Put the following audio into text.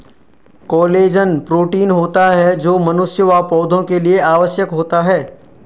collagen protein होता है जो मनुष्य व पौधा के लिए आवश्यक होता है